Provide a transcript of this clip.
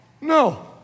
No